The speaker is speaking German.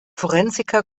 forensiker